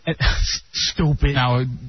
Stupid